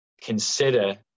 consider